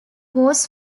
was